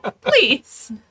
please